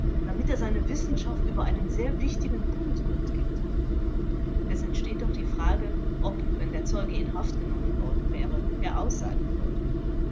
damit er seine wissenschaft über einen sehr wichtigen punkt kundgibt vors es entsteht doch die frage ob wenn der zeuge in haft genommen worden wäre er aussagen würde